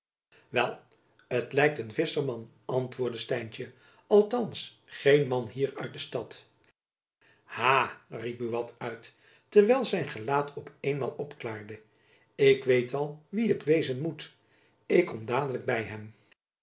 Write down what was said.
wel t lijkent een visschersman antwoordde stijntjen althands gein man hier uit de stad ha riep buat uit terwijl zijn gelaat op eenmaal opklaarde ik weet al wie het wezen moet ik kom dadelijk by hem